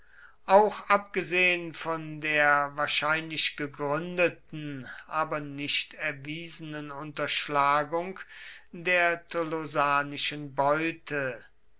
auch abgesehen von der wahrscheinlich gegründeten aber nicht erwiesenen unterschlagung der tolosanischen beute